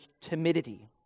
timidity